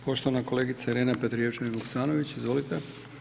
Poštovana kolega Irena Petrijevčanin-Vuksanović, izvolite.